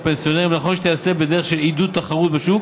פנסיונרים נכון שתיעשה בדרך של עידוד התחרות בשוק.